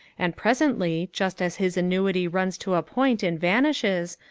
and presently, just as his annuity runs to a point and vanishes,